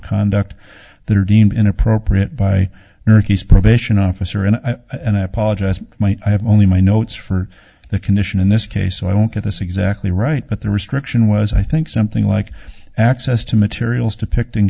conduct that are deemed inappropriate by probation officer and and i apologize i have only my notes for the condition in this case so i don't get this exactly right but the restriction was i think something like access to materials depicting